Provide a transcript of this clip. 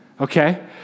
Okay